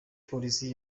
polisi